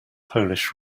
polish